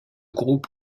groupe